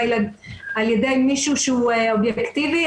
אם על ידי מישהו שהוא אובייקטיבי,